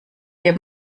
dir